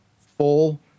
full